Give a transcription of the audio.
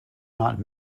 not